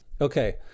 Okay